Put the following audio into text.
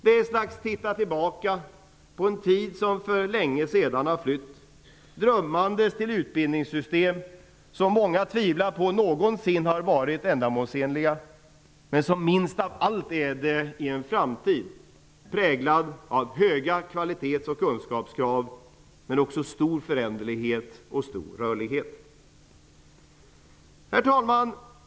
Det är ett slags tillbakablick på en tid som för länge sedan har flytt medan man drömmer om utbildningssystem som många tvivlar på någonsin har varit ändamålsenliga och som minst av allt är det i en framtid präglad av höga kvalitets och kunskapskrav, stor föränderlighet och rörlighet. Herr talman!